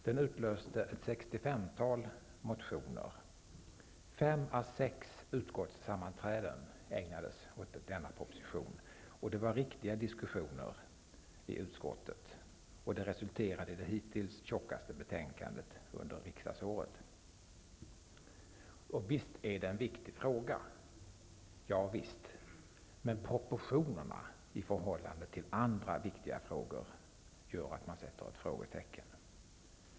Den utlöste ett sextiofemtal motioner. Fem á sex utskottssammanträden ägnades åt denna proposition. Diskussionerna i utskottet var omfattande, vilket resulterade i det hittills tjockaste betänkandet under riksmötet. Visst är detta en viktig fråga, men proportionerna i förhållande till andra viktiga frågor gör att man sätter ett frågetecken.